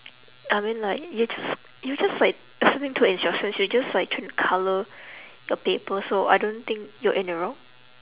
I mean like you're just you're just like listening to instructions you're just like trying to colour your paper so I don't think you're in the wrong